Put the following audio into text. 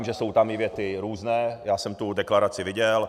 Já vím, že jsou tam věty různé, já jsem tu deklaraci viděl.